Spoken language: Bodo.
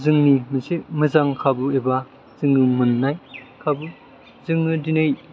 जोंनि मोनसे मोजां खाबु एबा जोङो मोननाय खाबु जोङो दिनै